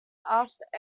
asked